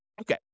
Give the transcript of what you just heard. Okay